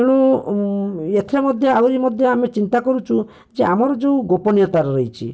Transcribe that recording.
ତେଣୁ ଏଥିରେ ମଧ୍ୟ ଆହୁରି ମଧ୍ୟ ଆମେ ଚିନ୍ତା କରୁଛୁ ଯେ ଆମର ଯୋଉ ଗୋପନୀୟତା'ର ରହିଛି